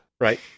Right